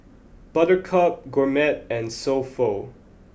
Buttercup Gourmet and So Pho